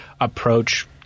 approach